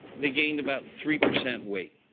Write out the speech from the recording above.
they gained about three percent weight.